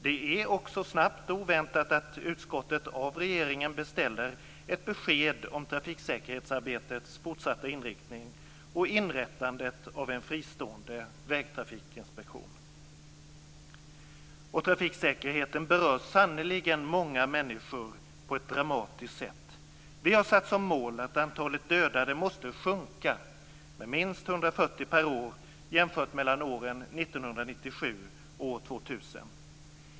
Det är också snabbt och oväntat att utskottet av regeringen beställer ett besked om trafiksäkerhetsarbetets fortsatta inriktning och inrättandet av en fristående vägtrafikinspektion. Och trafiksäkerheten berör sannerligen många människor på ett dramatiskt sätt. Vi har satt som mål att antalet dödade måste sjunka med minst 140 per år jämfört med åren 1997-2000.